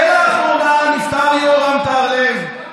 ולאחרונה נפטר יורם טהרלב,